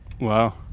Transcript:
wow